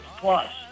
plus